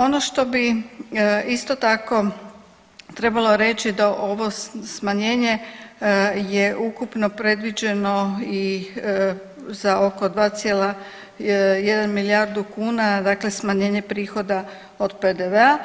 Ono što bi isto tako trebalo reći da ovo smanjenje je ukupno predviđeno i za oko 2,1 milijardu kuna dakle smanjenje prihoda od PDV-a